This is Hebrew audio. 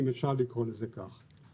אם אפשר לקרוא לזה כך.